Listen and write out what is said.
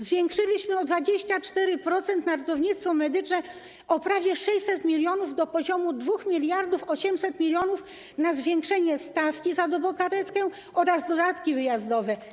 Zwiększyliśmy o 24% środki na ratownictwo medyczne, o prawie 600 mln zł, do poziomu 2800 mln zł, na zwiększenie stawki za dobokaretkę oraz dodatki wyjazdowe.